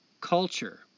culture